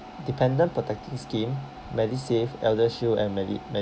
dependent protecting scheme medisave eldershield and medi~ me~